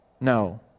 No